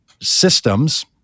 systems